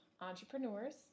entrepreneurs